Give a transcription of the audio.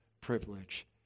privilege